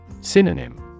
Synonym